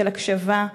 של הקשבה,